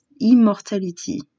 immortality